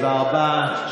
תודה רבה.